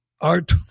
art